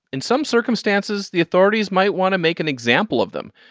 in some circumstances, the authorities might want to make an example of them.